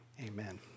amen